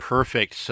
Perfect